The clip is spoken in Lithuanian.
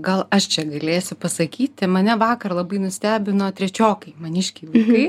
gal aš čia galėsiu pasakyti mane vakar labai nustebino trečiokai maniškiai vaikai